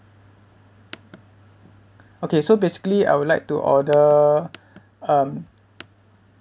okay so basically I would like to order um